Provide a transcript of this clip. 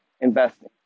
investing